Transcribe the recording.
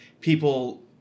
people